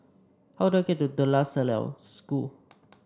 how do I get to De La Salle School